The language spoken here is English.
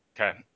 Okay